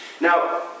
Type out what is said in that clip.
Now